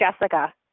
Jessica